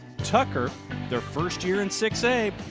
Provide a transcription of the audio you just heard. tucker the first year in six a.